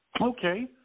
Okay